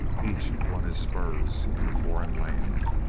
each won his spurs in a foreign land.